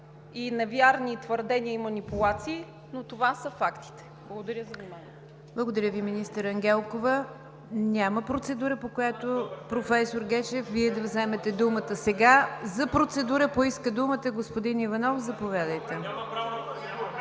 и неверни твърдения и манипулации, но това са фактите. Благодаря за вниманието.